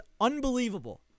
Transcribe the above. unbelievable